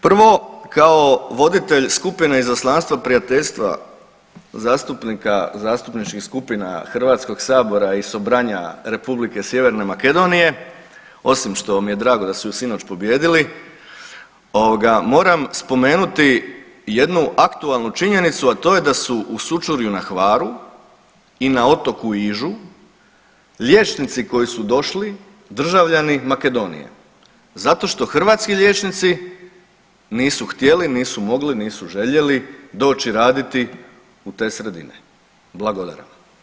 Prvo kao voditelj Skupine izaslanstva prijateljstva zastupnika zastupničkih skupina Hrvatskog sabora i Sobranja Republike Sjeverne Makedonije osim što mi je drago da su sinoć pobijedili moram spomenuti jednu aktualnu činjenicu, a to je da su u Sućurju na Hvaru i na otoku Ižu liječnici koji su došli državljani Makedonije zato što hrvatski liječnici nisu htjeli, nisu mogli, nisu željeli doći raditi u te sredine blagodara.